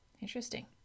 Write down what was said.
Interesting